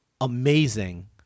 Amazing